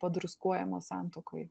padruskuojamos santuokoj